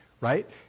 Right